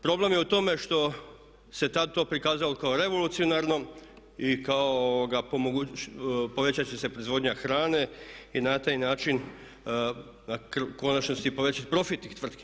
Problem je u tome što se tad to prikazalo kao revolucionarno i kao povećat će se proizvodnja hrane i na taj način u konačnici i povećati profit tih tvrtki.